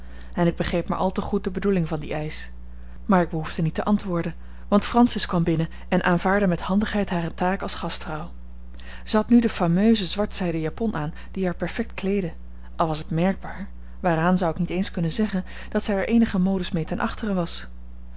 en ik begreep maar al te goed de bedoeling van dien eisch maar ik behoefde niet te antwoorden want francis kwam binnen en aanvaardde met handigheid hare taak als gastvrouw zij had nu de fameuse zwart zijden japon aan die haar perfect kleedde al was het merkbaar waaraan zou ik niet eens kunnen zeggen dat zij er eenige modes mee ten achteren was